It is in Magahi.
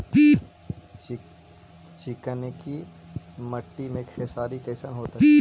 चिकनकी मट्टी मे खेसारी कैसन होतै?